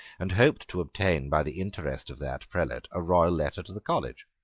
and hoped to obtain by the interest of that prelate a royal letter to the college.